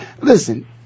listen